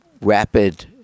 rapid